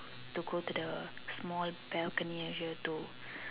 to go to the small balcony area to